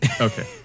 Okay